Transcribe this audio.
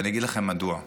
אגיד לכם מדוע.